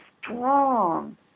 strong